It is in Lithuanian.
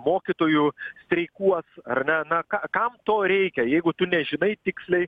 mokytojų streikuos ar ne na kam to reikia jeigu tu nežinai tiksliai